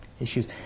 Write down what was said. issues